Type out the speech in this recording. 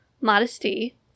Modesty